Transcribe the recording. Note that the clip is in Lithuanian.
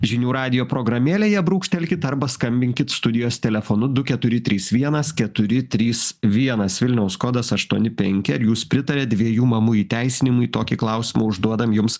žinių radijo programėlėje brūkštelkit arba skambinkit studijos telefonu du keturi trys vienas keturi trys vienas vilniaus kodas aštuoni penki ar jūs pritariat dviejų mamų įteisinimui tokį klausimą užduodam jums